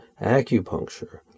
acupuncture